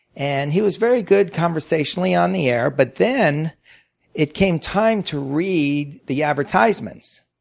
and he was very good conversationally on the air. but then it came time to read the advertisements.